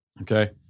okay